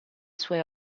sue